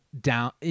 down